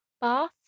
bath